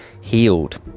healed